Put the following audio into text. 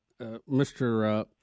Mr